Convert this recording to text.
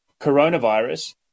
coronavirus